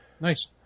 nice